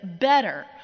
better